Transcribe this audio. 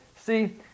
See